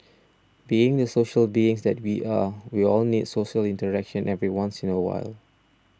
being the social beings that we are we all need social interaction every once in a while